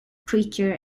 preacher